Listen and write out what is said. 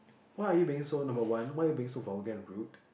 why are you being so number one why are you being so vulgar and rude